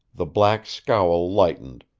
the black scowl lightened,